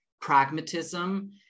pragmatism